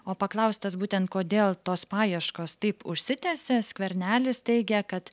o paklaustas būtent kodėl tos paieškos taip užsitęsė skvernelis teigia kad